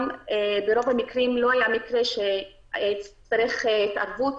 לא היה מקרה שהצריך התערבות